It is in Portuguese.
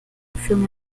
filme